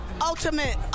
ultimate